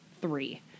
three